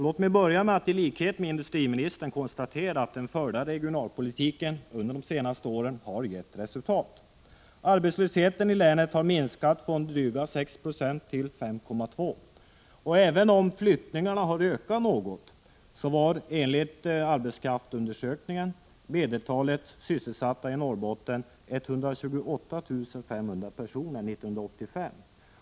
Låt mig börja med att i likhet med industriministern konstatera att den förda regionalpolitiken under de senaste åren har gett resultat. Arbetslösheten i länet har minskat från dryga 6 9 till 5,2 26. Även om flyttningarna har ökat något, var, enligt arbetskraftsundersökningen, medeltalet sysselsatta i Norrbotten 128 500 personer 1985.